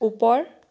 ওপৰ